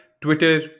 Twitter